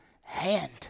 hand